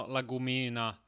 Lagumina